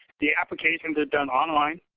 the applications are done online.